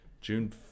June